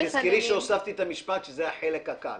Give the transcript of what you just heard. תזכרי שהוספתי את המשפט שזה החלק הקל.